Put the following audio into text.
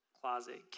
closet